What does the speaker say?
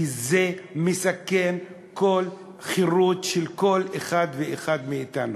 כי זה מסכן כל חירות של כל אחד ואחד מאתנו.